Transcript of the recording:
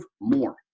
more